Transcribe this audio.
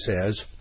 says